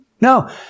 No